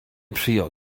przyjął